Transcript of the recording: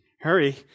Hurry